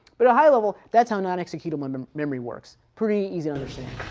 but a higher level, that's how non-executable um and memory works, pretty easy to understand.